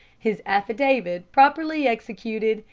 his affidavit, properly executed,